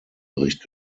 bericht